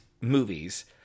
movies